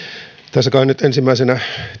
kai nyt ensimmäisenä